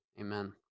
Amen